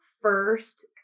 first